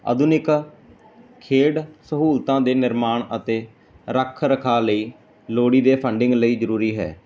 ਆਧੁਨਿਕ ਖੇਡ ਸਹੂਲਤਾਂ ਦੇ ਨਿਰਮਾਣ ਅਤੇ ਰੱਖ ਰਖਾ ਲਈ ਲੋੜੀਦੇ ਫੰਡਿੰਗ ਲਈ ਜਰੂਰੀ ਹੈ